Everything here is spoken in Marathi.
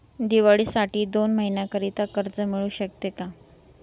दिवाळीसाठी दोन महिन्याकरिता कर्ज मिळू शकते का?